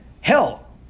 hell